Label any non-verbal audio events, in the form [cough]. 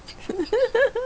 [laughs]